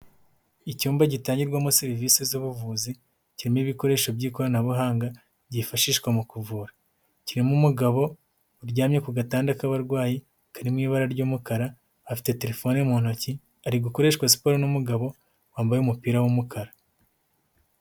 Icyumba gitangirwamo serivisi z'ubuvuzi, kirimo ibikoresho by'ikoranabuhanga, byifashishwa mu kuvura, kirimo umugabo uryamye ku gatanda k'abarwayi, kari mu ibara ry'umukara, afite terefone mu ntoki, ari gukoreshwa siporo n'umugabo, wambaye umupira w'umukara.